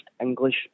English